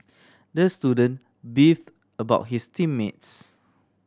the student beef about his team mates